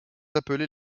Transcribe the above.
appelés